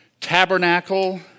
tabernacle